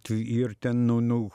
tai ir ten nu nu